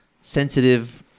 sensitive